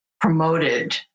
promoted